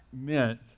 meant